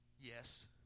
Yes